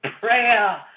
prayer